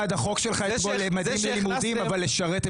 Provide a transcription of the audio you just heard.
חלק הצביעו בעד החוק שלך אתמול ממדים ללימודים אבל לשרת,